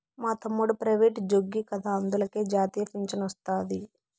మా తమ్ముడు ప్రైవేటుజ్జోగి కదా అందులకే జాతీయ పింఛనొస్తాది